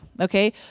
okay